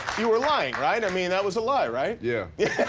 you were lying, right? i mean that was a lie, right? yeah. yeah